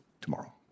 tomorrow